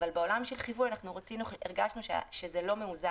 אבל בעולם של החיווי אנחנו הרגשנו שזה לא מאוזן